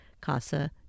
Casa